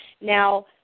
Now